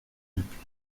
depuis